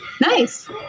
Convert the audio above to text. Nice